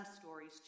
stories